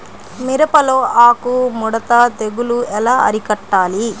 మిరపలో ఆకు ముడత తెగులు ఎలా అరికట్టాలి?